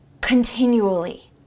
continually